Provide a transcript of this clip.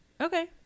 okay